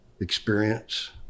experience